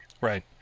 Right